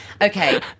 Okay